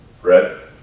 fred?